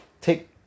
Take